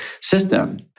system